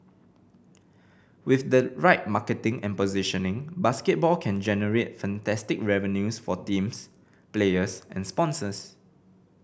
with the right marketing and positioning basketball can generate fantastic revenues for teams players and sponsors